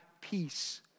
peace